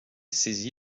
saisi